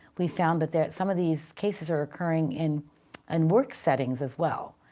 we've found that that some of these cases are occurring in and work settings as well.